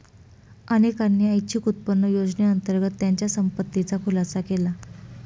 अनेकांनी ऐच्छिक उत्पन्न योजनेअंतर्गत त्यांच्या संपत्तीचा खुलासा केला